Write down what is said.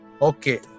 Okay